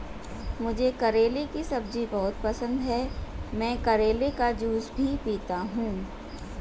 मुझे करेले की सब्जी बहुत पसंद है, मैं करेले का जूस भी पीता हूं